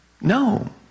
No